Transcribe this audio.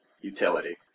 utility